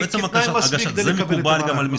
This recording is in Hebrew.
כתנאי מספיק כדי לקבל את המענק.